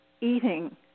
Eating